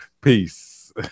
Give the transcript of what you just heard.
Peace